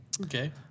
Okay